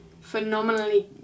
phenomenally